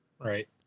right